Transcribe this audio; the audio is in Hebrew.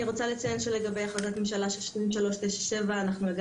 אני רוצה לציין שלבי החלטת ממשלה 2397 הגענו